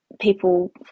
people